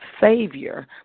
Savior